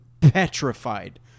petrified